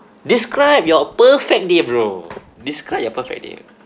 describe your perfect day bro describe your perfect day